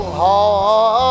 hard